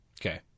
Okay